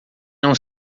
não